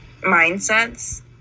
mindsets